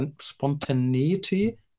spontaneity